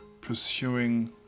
pursuing